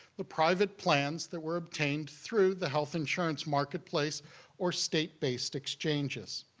the private plans that were obtained through the health insurance marketplace or state-based exchanges.